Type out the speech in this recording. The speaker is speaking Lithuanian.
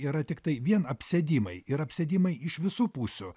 yra tiktai vien apsėdimai ir apsėdimai iš visų pusių